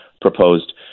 proposed